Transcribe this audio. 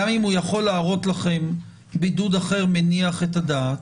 גם אם הוא יכול להראות לכם בידוד אחר מניח את הדעת,